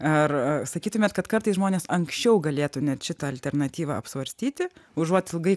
ar a sakytumėt kad kartais žmonės anksčiau galėtų net šitą alternatyvą apsvarstyti užuot ilgai